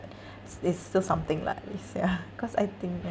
s~ is still something lah at least yeah cause I think ya